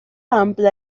ampla